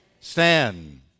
stand